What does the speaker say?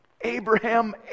Abraham